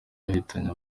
yahitanye